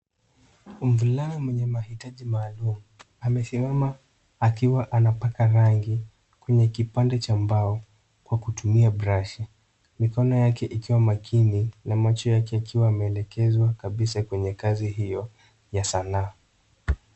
Mvulana mwenye mahitaji maalum amesimama akiwa anapaka rangi kwenye kipande cha mbao kwa kutumia brashi, mikono yake ikiwa makini na macho yake yakiwa yameelekezwa kabisa kwenye kazi hio ya sanaa.